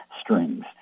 strings